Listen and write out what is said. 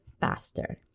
faster